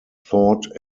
thought